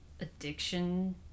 addiction